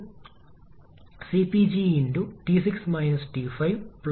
അവ തുല്യമാണെങ്കിൽ അനുബന്ധ സമ്മർദ്ദ അനുപാതത്തിനായോ അല്ലെങ്കിൽ സാധ്യമായ ഏറ്റവും കുറഞ്ഞ